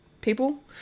people